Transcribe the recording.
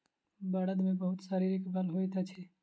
बड़द मे बहुत शारीरिक बल होइत अछि